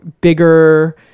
bigger